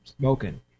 smoking